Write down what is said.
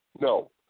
No